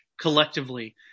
collectively